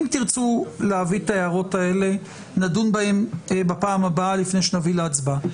אם תרצו להביא את ההערות האלה נדון בהן בפעם הבאה לפני שנביא להצבעה.